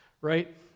right